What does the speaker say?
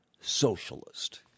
socialist